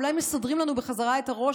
אולי מסדרים לנו בחזרה את הראש,